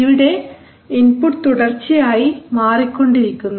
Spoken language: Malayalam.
ഇവിടെ ഇൻപുട്ട് തുടർച്ചയായി മാറിക്കൊണ്ടിരിക്കുന്നു